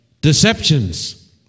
deceptions